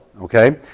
Okay